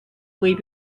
võib